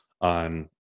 on